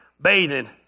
bathing